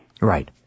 Right